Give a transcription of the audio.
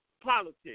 politics